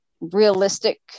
realistic